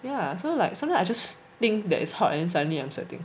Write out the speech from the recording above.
ya so like sometime I just think that is hot and suddenly I'm sweating